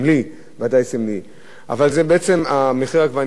אלא שמחיר העגבנייה זה לא רק מחיר העגבנייה,